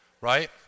right